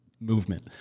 Movement